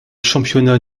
championnats